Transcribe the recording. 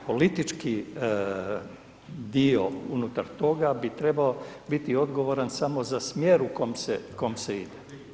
Politički dio unutar toga bi trebao biti odgovoran samo za smjer u kom se ide.